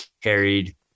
carried